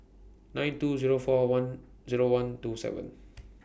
nine two Zero four Zero one two seven